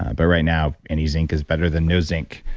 but right now any zinc is better than no zinc.